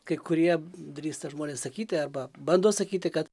kai kurie drįsta žmonės sakyti arba bando sakyti kad